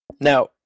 Now